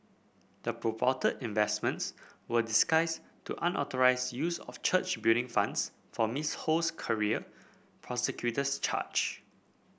the purported investments were disguise to unauthorised use of church Building Funds for Miss Ho's career prosecutors charge